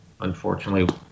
unfortunately